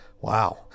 Wow